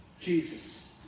Jesus